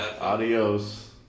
Adios